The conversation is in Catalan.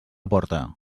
porta